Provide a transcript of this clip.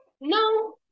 No